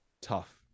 tough